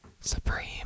supreme